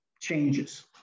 changes